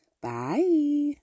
bye